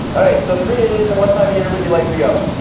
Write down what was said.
all right. so three days. and what time of year would you like to go?